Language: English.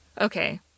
Okay